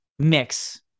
Mix